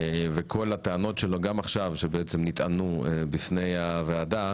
וכל הטענות שלו שנטענו בפני הוועדה